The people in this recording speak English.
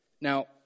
Now